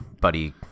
buddy